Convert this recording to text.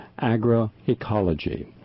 agroecology